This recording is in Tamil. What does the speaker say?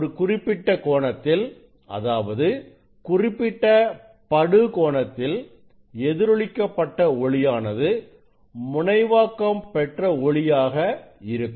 ஒரு குறிப்பிட்ட கோணத்தில் அதாவது குறிப்பிட்ட படு கோணத்தில் எதிரொளிக்கப்பட்ட ஒளியானது முனைவாக்கம் பெற்ற ஒளியாக இருக்கும்